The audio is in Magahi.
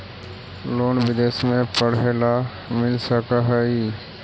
लोन विदेश में पढ़ेला मिल सक हइ?